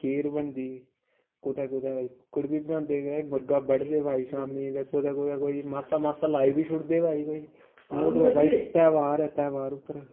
खीर बनदी कुदै कुदै भई कुक्कड़ बी बनांदे मुर्गा बड्डदे भई शामी लै कुदै कुदै कोई मासा मासा लाई बी छुड़दे भई कोई त्योहार त्योहार उप्पर